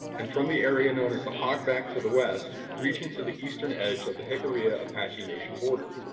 and from the area known as the hogback to the west, reaching to the eastern edge of the jicarilla apache nation border.